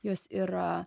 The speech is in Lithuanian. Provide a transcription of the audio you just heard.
jos yra